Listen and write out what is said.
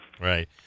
Right